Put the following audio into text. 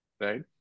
right